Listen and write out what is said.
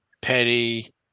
petty